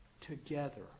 together